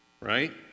right